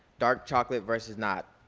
dark chocolate versus not.